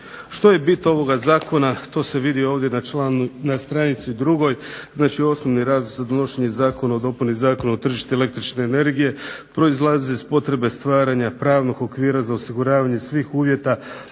Što je bit ovoga Zakona, to se vidi ovdje na stranici 2. znači osnovni razlog za donošenje zakona o dopuni Zakona o tržištu električne energije, proizlazi iz potrebe stvaranja pravnog okvira za osiguravanje svih uvjeta